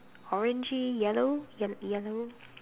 orangey yellow yel yellow